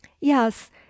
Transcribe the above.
yes